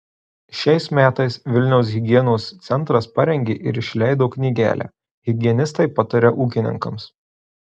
šiais metais vilniaus higienos centras parengė ir išleido knygelę higienistai pataria ūkininkams